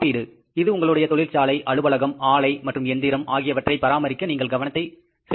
காப்பீடு இது உங்களுடைய தொழிற்சாலை அலுவலகம் ஆலை மற்றும் எந்திரம் ஆகியவற்றை பராமரிக்க நீங்கள் கவனத்தை செலுத்த வேண்டும்